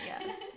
yes